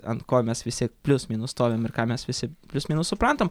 ant ko mes visi plius minus stovim ir ką mes visi plius minus suprantam